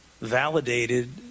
validated